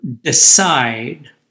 decide